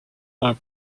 are